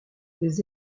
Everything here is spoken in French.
des